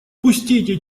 пустите